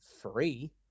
free